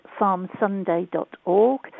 farmsunday.org